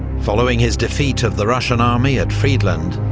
following his defeat of the russian army at friedland,